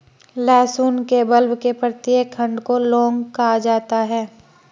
लहसुन के बल्ब के प्रत्येक खंड को लौंग कहा जाता है